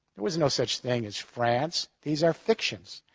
there was no such thing as france. these are fictions,